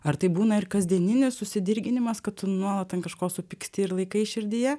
ar tai būna ir kasdieninė susidirginimas kad tu nuolat ant kažko supyksti ir laikai širdyje